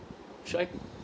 should I